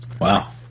Wow